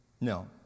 No